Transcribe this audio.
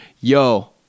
Yo